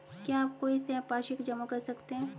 क्या आप कोई संपार्श्विक जमा कर सकते हैं?